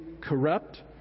corrupt